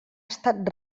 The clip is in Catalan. estat